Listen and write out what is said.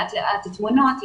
לאט לאט תמונות,